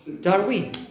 darwin